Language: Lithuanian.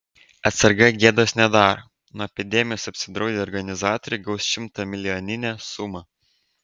atsarga gėdos nedaro nuo epidemijos apsidraudę organizatoriai gaus šimtamilijoninę sumą